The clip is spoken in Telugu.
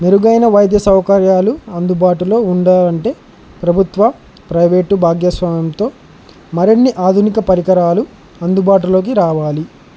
మెరుగైన వైద్య సౌకర్యాలు అందుబాటులో ఉండాలంటే ప్రభుత్వ ప్రైవేటు భాగస్వామ్యంతో మరిన్ని ఆధునిక పరికరాలు అందుబాటులోకి రావాలి